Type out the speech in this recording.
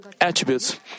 attributes